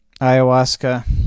Ayahuasca